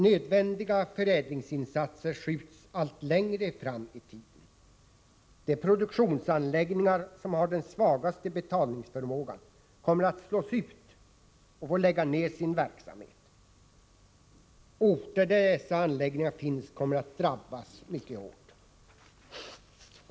Nödvändiga förädlingsinsatser skjuts allt längre fram i tiden. De produktionsanläggningar som har den svagaste betalningsförmågan kommer att slås ut, och de får lägga ner sin verksamhet. Orter där dessa anläggningar finns kommer att drabbas mycket hårt.